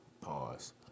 Pause